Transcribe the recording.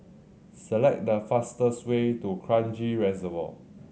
select the fastest way to Kranji Reservoir